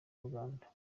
uganda